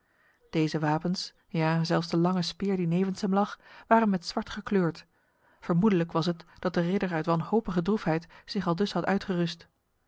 deze wapens ja zelfs de lange speer die nevens hem lag waren met zwart gekleurd vermoedelijk was het dat de ridder uit wanhopige droefheid zich aldus had uitgerust